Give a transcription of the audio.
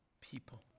people